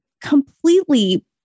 completely